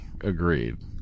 agreed